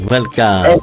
Welcome